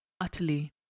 utterly